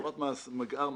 חברת מגע"ר,